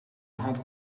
had